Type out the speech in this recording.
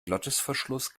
glottisverschluss